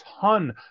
ton